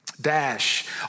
Dash